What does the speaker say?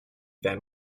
than